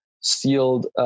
sealed